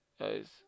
Guys